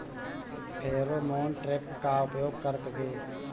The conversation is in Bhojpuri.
फेरोमोन ट्रेप का उपयोग कर के?